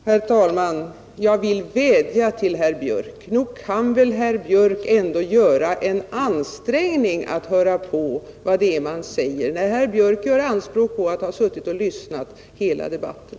Herr talman! Jag vill vädja till herr Björk i Göteborg: Nog kan väl herr Björk ändå göra en ansträngning att höra på vad det är man säger, när herr Björk gör anspråk på att ha suttit och lyssnat på hela debatten.